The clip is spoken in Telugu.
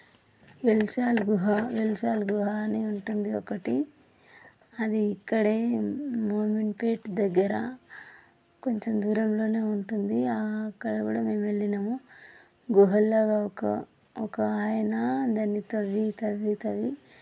వెలిశాలు గుహ వెలిశాలు గుహ అని ఉంటుంది ఒకటి అది ఇక్కడే మూమెన్పేట్ దగ్గర కొంచెం దూరంలోనే ఉంటుంది అక్కడ కూడా మేము వెళ్ళినాము గుహల్లో ఒక ఒక ఆయన దాన్ని తవ్వీ తవ్వీ తవ్వీ